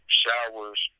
showers